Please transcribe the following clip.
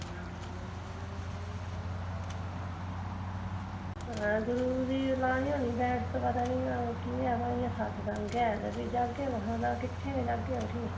जां भी लानी होनी बैठक ते तां भी पता निं केह् ऐ रंग हैन तां भी में हां किट्ठे जाह्गे ओड़ी